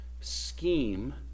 scheme